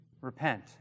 repent